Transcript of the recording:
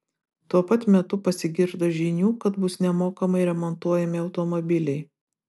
tuo pat metu pasigirdo žinių kad bus nemokamai remontuojami automobiliai